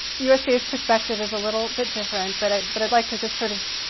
usda's perspective is a little bit different but i'd but i'd like to just sort of,